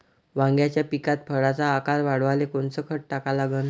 वांग्याच्या पिकात फळाचा आकार वाढवाले कोनचं खत टाका लागन?